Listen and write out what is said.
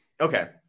okay